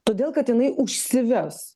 todėl kad jinai užsives